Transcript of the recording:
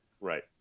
Right